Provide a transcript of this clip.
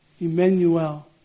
Emmanuel